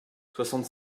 soixante